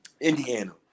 Indiana